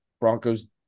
Broncos